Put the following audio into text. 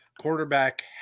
quarterback